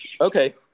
Okay